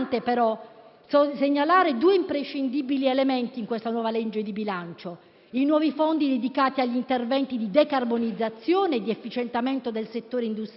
segnalare due imprescindibili elementi nella nuova legge di bilancio: i nuovi fondi dedicati agli interventi di decarbonizzazione e di efficientamento del settore industriale,